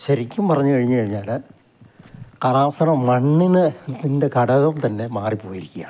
ശരിക്കും പറഞ്ഞുകഴിഞ്ഞു കഴിഞ്ഞാൽ കാലാവസ്ഥയുടെ മണ്ണിൻ്റെ ഘടകം തന്നെ മാറിപ്പോയിരിക്കുകയാണ്